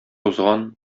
узган